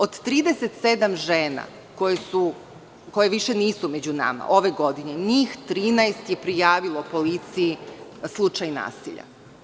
Od 37 žena koje više nisu među nama ove godine, njih 13 je prijavilo policiji slučaj nasilja.